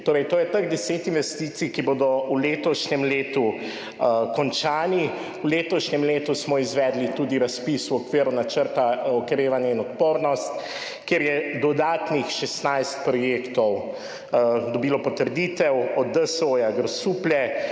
Ptuj. To je teh 10 investicij, ki bodo v letošnjem letu končane. V letošnjem letu smo izvedli tudi razpis v okviru Načrta za okrevanje in odpornost, kjer je dodatnih 16 projektov dobilo potrditev, DSO Grosuplje,